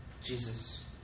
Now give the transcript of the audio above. Jesus